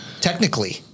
technically